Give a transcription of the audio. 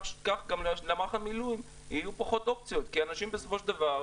כך גם למערך המילואים יהיו פחות אופציות כי אנשים בסופו של דבר,